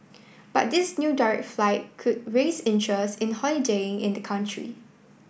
but this new direct flight could raise interest in holiday in the country